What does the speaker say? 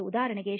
ಉದಾಹರಣೆಗೆ 0